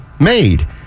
made